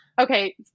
okay